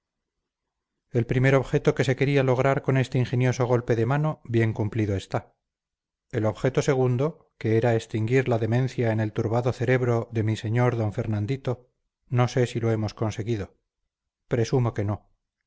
el primer objeto que se quería lograr con este ingenioso golpe de mano bien cumplido está el objeto segundo que era extinguir la demencia en el turbado cerebro de mi sr d fernandito no sé si lo hemos conseguido presumo que no